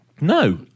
No